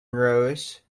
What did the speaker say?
rows